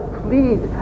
plead